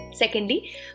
Secondly